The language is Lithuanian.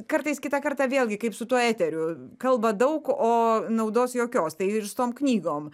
kartais kitą kartą vėlgi kaip su tuo eteriu kalba daug o naudos jokios tai ir su tom knygom